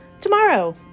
Tomorrow